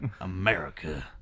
America